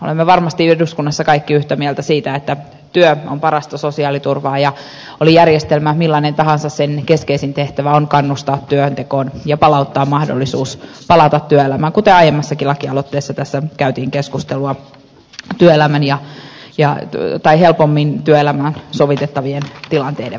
olemme varmasti eduskunnassa kaikki yhtä mieltä siitä että työ on parasta sosiaaliturvaa ja oli järjestelmä millainen tahansa sen keskeisin tehtävä on kannustaa työntekoon ja palauttaa mahdollisuus palata työelämään kuten aiemmastakin lakialoitteesta tässä käytiin keskustelua helpommin työelämään sovitettavien tilanteiden osalta